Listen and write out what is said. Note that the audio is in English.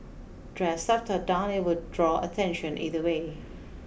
dressed up or down it will draw attention either way